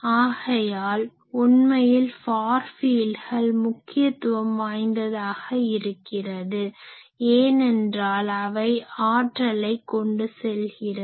ஆகையால் உண்மையில் ஃபார் ஃபீல்ட்கள் முக்கியத்துவம் வாய்ந்ததாக இருக்கிறது ஏனென்றால் அவை ஆற்றலை கொண்டு செல்கிறது